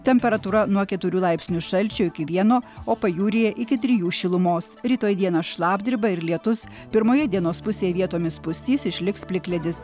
temperatūra nuo keturių laipsnių šalčio iki vieno o pajūryje iki trijų šilumos rytoj dieną šlapdriba ir lietus pirmoje dienos pusėje vietomis pustys išliks plikledis